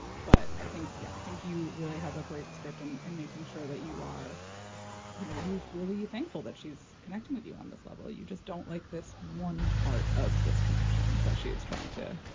but i think yeah, i think you really have a great script and and making sure that you are you know, you're really thankful that she's connecting with you on this level. you just don't like this one part of this connection that she is trying to,